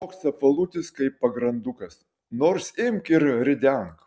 toks apvalutis kaip pagrandukas nors imk ir ridenk